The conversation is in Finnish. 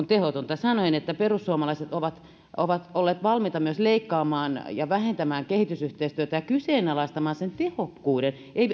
tehotonta sanoin että perussuomalaiset ovat ovat olleet valmiita myös leikkaamaan ja vähentämään kehitysyhteistyötä ja kyseenalaistamaan sen tehokkuuden